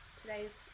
today's